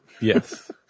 Yes